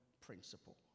principle